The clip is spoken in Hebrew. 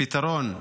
לפתרון,